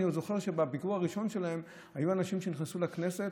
אני עוד זוכר שבביקור הראשון שלהם היו אנשים שנכנסו לכנסת